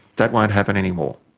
that won't happen any more.